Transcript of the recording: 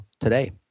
today